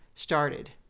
Started